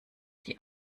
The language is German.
die